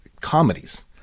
comedies